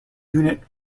unit